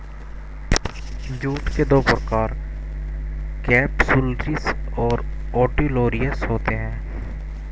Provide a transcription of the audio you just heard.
jute के दो प्रकार केपसुलरिस और ओलिटोरियस होते हैं